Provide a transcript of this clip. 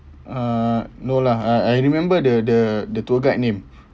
uh no lah I I remember the the the tour guide name